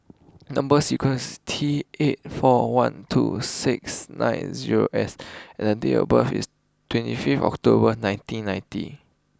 number sequence T eight four one two six nine zero S and the date of birth is twenty fifth October nineteen ninety